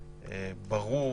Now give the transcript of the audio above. ברור